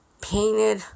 painted